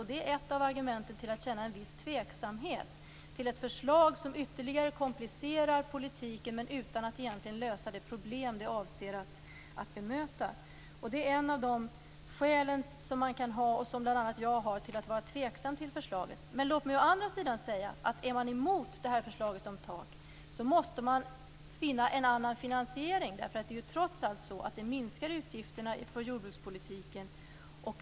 Det är ett av argumenten till att känna en viss tveksamhet till ett förslag som ytterligare komplicerar politiken utan att egentligen lösa det problem det avser att bemöta. Det är ett av skälen till att vara tveksam till förslaget. Om man är emot förslaget om ett tak, måste man finna en annan finansiering. Förslaget minskar utgifterna för jordbrukspolitiken.